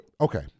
okay